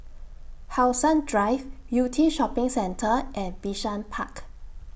How Sun Drive Yew Tee Shopping Centre and Bishan Park